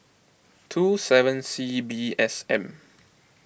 two seven C B S M